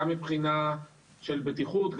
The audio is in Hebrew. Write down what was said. גם מבחינת בטיחות,